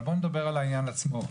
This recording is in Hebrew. אבל בואו נדבר על העניין עצמו.